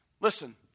Listen